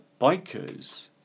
bikers